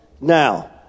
Now